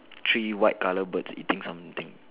three white colour birds eating something